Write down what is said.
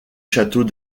château